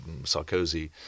Sarkozy